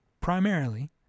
primarily